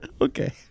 Okay